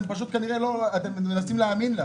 אתם פשוט מנסים להאמין לה.